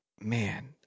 man